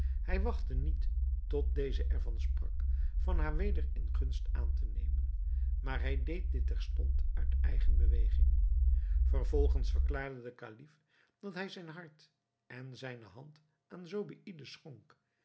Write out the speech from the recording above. hij wachtte niet tot deze er van sprak van haar weder in gunst aan te nemen maar hij deed dit terstond uit eigen beweging vervolgens verklaarde de kalif dat hij zijn hart en zijne hand aan zobeïde schonk